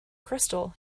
crystal